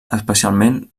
especialment